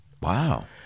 Wow